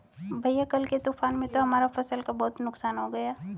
भैया कल के तूफान में तो हमारा फसल का बहुत नुकसान हो गया